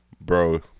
Bro